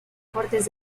cortes